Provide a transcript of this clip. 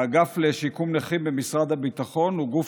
האגף לשיקום נכים במשרד הביטחון הוא גוף